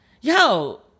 yo